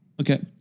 Okay